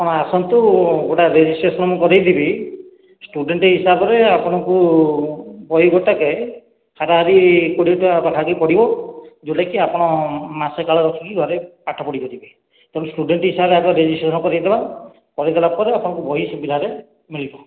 ଆପଣ ଆସନ୍ତୁ ଗୋଟେ ରେଜିଷ୍ଟ୍ରେସନ କରେଇଦେବି ଷ୍ଟୁଡେଣ୍ଟ ହିସାବରେ ଆପଣଙ୍କୁ ବହି ଗୋଟାକ ହାରାହାରି କୋଡ଼ିଏ ଟଙ୍କା ପାଖାପାଖି ପଡ଼ିବ ଯେଉଁଟା କି ଆପଣ ମାସେ କାଳ ରଖିକି ଘରେ ପାଠପଢ଼ି ପାରିବେ ତେଣୁ ଷ୍ଟୁଡେଣ୍ଟ ହିସାବରେ ରେଜିଷ୍ଟ୍ରେସନ କରେଇଦେବା କରେଇ ଦେଲାପରେ ଆପଣଙ୍କୁ ବହି ସୁବିଧାରେ ମିଳିବ